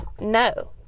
no